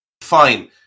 Fine